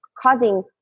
causing